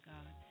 God